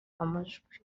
amajwi